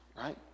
right